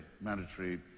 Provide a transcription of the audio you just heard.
mandatory